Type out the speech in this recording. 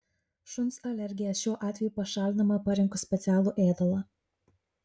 šuns alergija šiuo atveju pašalinama parinkus specialų ėdalą